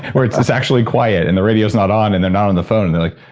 or it's it's actually quiet and the radio's not on, and they're not on the phone and they're like,